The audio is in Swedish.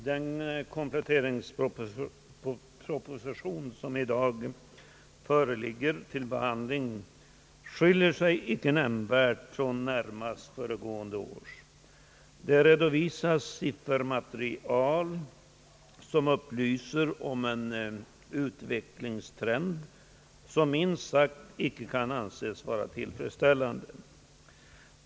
Herr talman! Den kompletteringsproposition som i dag föreligger till behandling skiljer sig icke nämnvärt från närmast föregående års. Här redovisas siffermaterial som upplyser om en utvecklingstrend som minst sagt icke kan anses vara tillfredsställande.